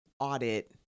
audit